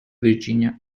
virginia